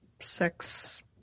sex